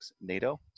NATO